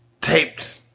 taped